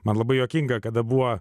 man labai juokinga kada buvo